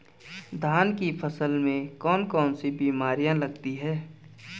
धान की फसल में कौन कौन सी बीमारियां लगती हैं?